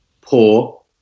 poor